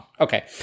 Okay